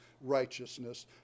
righteousness